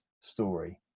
story